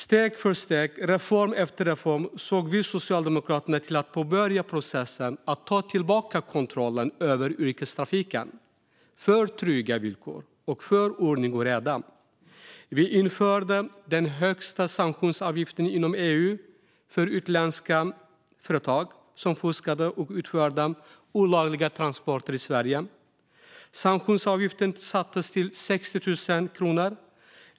Steg för steg, reform efter reform, såg vi socialdemokrater till att påbörja processen att ta tillbaka kontrollen över yrkestrafiken, för trygga villkor och för ordning och reda. Vi införde den högsta sanktionsavgiften inom EU för utländska företag som fuskade och utförde olagliga transporter i Sverige. Sanktionsavgiften sattes till 60 000 kronor.